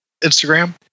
Instagram